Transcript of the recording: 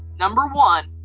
number one,